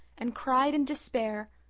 and cried in despair,